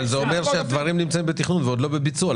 אבל זה אומר שהדברים נמצאים בתכנון ועוד לא בביצוע.